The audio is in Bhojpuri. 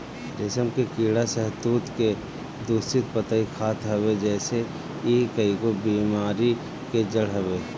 रेशम के कीड़ा शहतूत के दूषित पतइ खात हवे जेसे इ कईगो बेमारी के जड़ हवे